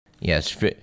Yes